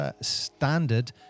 standard